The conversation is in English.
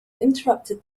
interrupted